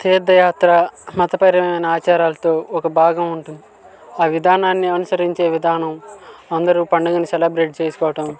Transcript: తీర్ధయాత్ర మతపరమైన ఆచారాలతో ఒక భాగం ఉంటుంది ఆ విధానాన్ని అనుసరించే విధానం అందరూ పండుగని సెలబ్రేట్ చేసుకోవడం